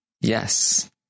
Yes